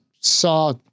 saw